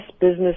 business